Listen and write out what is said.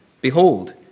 behold